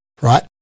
right